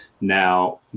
Now